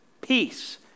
peace